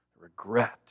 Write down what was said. regret